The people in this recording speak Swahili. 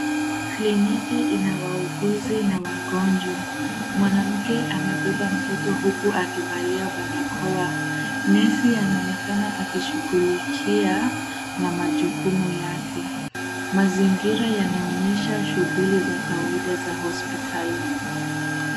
Kliniki inawauguzi na wagonjwa. Mwanamke amebeba mtoto huku akivalia barakoa. Nesi anaonekana akisughulikia na majukumu yake. Mazingira yanaonyesha shughuli za kawaida za hosipitali.